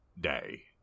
day